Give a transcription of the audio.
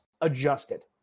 adjusted